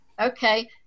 okay